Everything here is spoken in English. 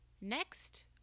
next